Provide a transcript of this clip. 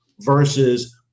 versus